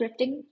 scripting